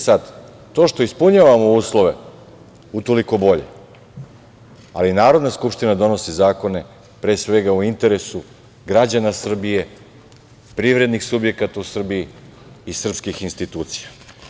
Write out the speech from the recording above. Sad, to što ispunjavamo uslove, utoliko bolje, ali Narodna skupština donosi zakone pre svega u interesu građana Srbije, privrednih subjekata u Srbiji i srpskih institucija.